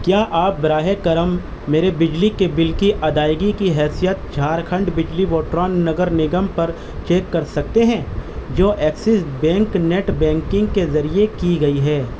کیا آپ براہ کرم میرے بجلی کے بل کی ادائیگی کی حیثیت جھارکھنڈ بجلی وٹران نگر نگم پر چیک کر سکتے ہیں جو ایکسس بینک نیٹ بینکنگ کے ذریعے کی گئی ہے